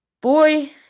Boy